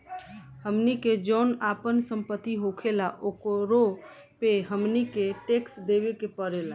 हमनी के जौन आपन सम्पति होखेला ओकरो पे हमनी के टैक्स देबे के पड़ेला